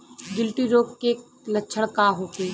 गिल्टी रोग के लक्षण का होखे?